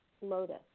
lotus